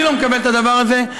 אני לא מקבל את הדבר הזה.